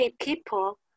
people